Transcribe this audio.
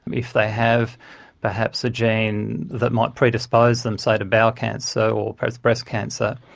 if they have perhaps a gene that might predispose them, say, to bowel cancer so or perhaps breast cancer.